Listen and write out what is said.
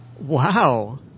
Wow